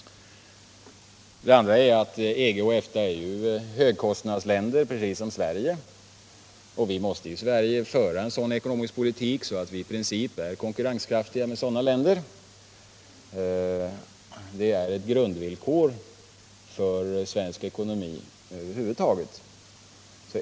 Den andra saken är att EG och EFTA ju är högkostnadsländer precis som Sverige. Vi måste i Sverige föra en sådan ekonomisk politik att vi i princip är konkurrenskraftiga i förhållande till sådana länder. Det är ett grundvillkor för svensk ekonomi över huvud taget.